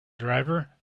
driver